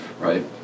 right